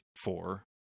four